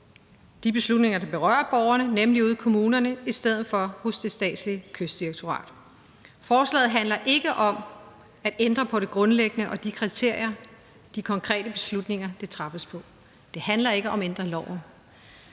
de beslutninger, der berører borgerne – nemlig ude i kommunerne, i stedet for hos det statslige Kystdirektorat. Forslaget handler ikke om at ændre på det grundlæggende og de kriterier, de konkrete beslutninger træffes på. Det handler ikke om at ændre loven.